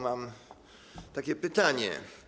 Mam takie pytanie.